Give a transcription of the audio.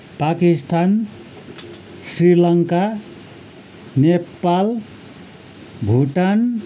Pakistan Sri Lanka Nepal Bhutan